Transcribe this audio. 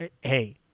hey